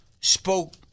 spoke